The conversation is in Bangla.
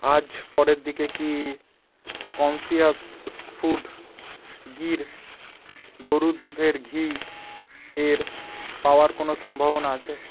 আজ পরের দিকে কি কন্সিয়াস ফুড গির গরুর দুধের ঘি এর পাওয়ার কোনও সম্ভাবনা আছে